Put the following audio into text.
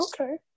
Okay